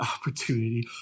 opportunity